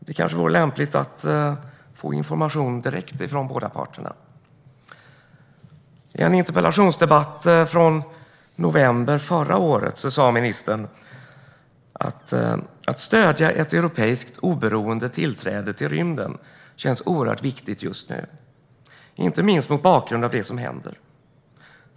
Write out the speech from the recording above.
Det kanske vore lämpligt att få information direkt från båda parterna. I en interpellationsdebatt i november förra året sa ministern: "Att stödja ett europeiskt oberoende tillträde till rymden känns oerhört viktigt just nu, inte minst mot bakgrund av det som händer.